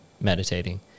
meditating